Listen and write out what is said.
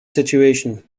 situation